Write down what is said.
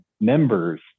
members